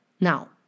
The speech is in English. Now